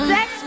Sex